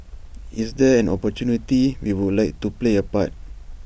if there is an opportunity we would like to play A part